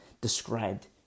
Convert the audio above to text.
described